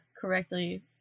correctly